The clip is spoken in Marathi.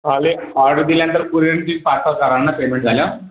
ऑर्डर दिल्यानंतर कुरिअरबी पार्सेल कराल ना पेमेंट झाल्यावर